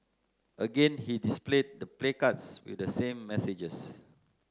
again he displayed the placards with the same messages